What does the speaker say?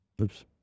Oops